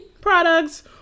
products